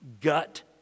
gut